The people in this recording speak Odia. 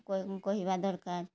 କହିବା ଦରକାର